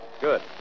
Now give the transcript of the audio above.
Good